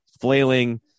flailing